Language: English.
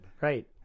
Right